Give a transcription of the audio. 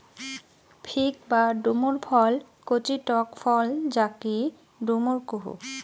fig বা ডুমুর ফল কচি টক ফল যাকি ডুমুর কুহু